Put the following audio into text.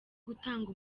gutanga